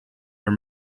are